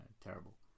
terrible